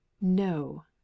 No